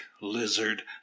lizard